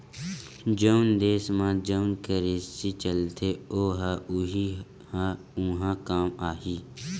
जउन देस म जउन करेंसी चलथे ओ ह उहीं ह उहाँ काम आही